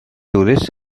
tourists